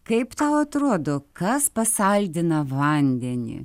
kaip tau atrodo kas pasaldina vandenį